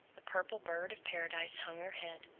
the purple bird-of-paradise hung her head.